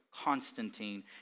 Constantine